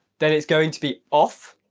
then it's going to be off,